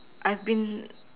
I've been